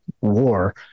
war